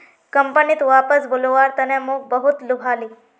कंपनीत वापस बुलव्वार तने मोक बहुत लुभाले